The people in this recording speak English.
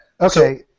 Okay